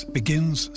begins